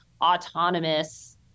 autonomous